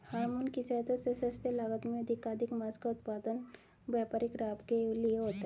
hormone की सहायता से सस्ते लागत में अधिकाधिक माँस का उत्पादन व्यापारिक लाभ के लिए होता है